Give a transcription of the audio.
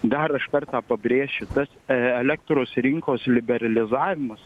dar aš kartą pabrėšiu tas elektros rinkos liberalizavimas